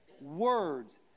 words